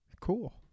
Cool